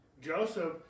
Joseph